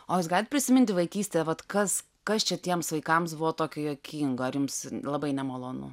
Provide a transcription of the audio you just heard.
o jūs galit prisiminti vaikystę vat kas kas čia tiems vaikams buvo tokio juokingo ar jums labai nemalonu